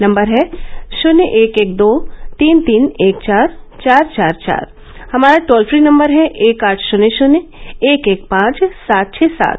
number है शून्य एक एक दो तीन तीन एक चार चार चार चार हमारा टोल फ्री नम्बर है एक आठ शून्य शून्य एक एक पांच सात छ सात